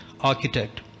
architect